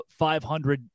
500